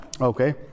Okay